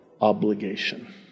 obligation